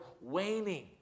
waning